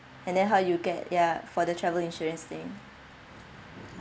and then how you get ya for the travel insurance thing